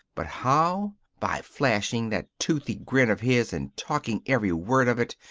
but how? by flashing that toothy grin of his and talking every word of it.